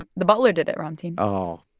the butler did it, ramtin oh,